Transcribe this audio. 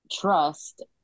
trust